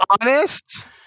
honest